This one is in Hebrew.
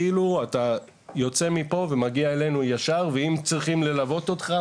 כאילו אתה יוצא מפה ומגיע אלינו ישר ואם צריכים ללוות שלך,